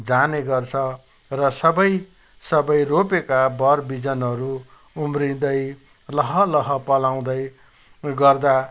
जाने गर्छ र सबै सबै रोपेका बरबिजनहरू उम्रिँदै लहलह पलाउँदै गर्दा